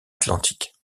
atlantique